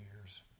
years